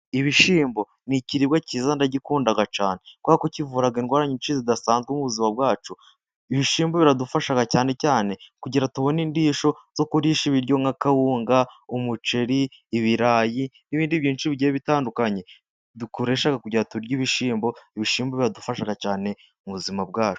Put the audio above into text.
Ibishimbo n'ikiribwa cyiza ndagikunda cyane kubera ko kivura indwara nyinshi zidasanzwe mu buzima bwacu. Ibishimbu biradufashaga cyane cyane kugira ngo tubone indisho zo kurisha ibiryo nka kawunga, umuceri, ibirayi n'ibindi byinshi bigiye bitandukanye dukoresha kugira ngo turye ibishyimbo. Ibishyimbo biradufasha cyane mu buzima bwacu.